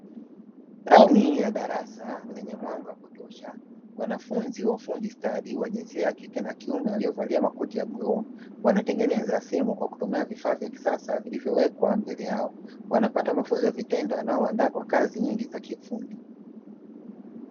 Ndani ya darasa lenye mwanga wa kutosha, wanafunzi wa ufundi stadi; wa jinsia ya kike na kiume waliovalia mavazi ya bluu, wanatengeneza simu kwa kutumia vifaa vya kisasa vilivyowekwa mbele yao. Wanapata mafunzo ya vitendo yanayowaandaa kwa kazi nyingi za kiufundi.